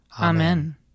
Amen